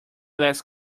last